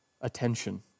attention